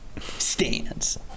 stands